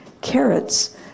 carrots